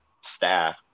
staff